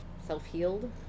self-healed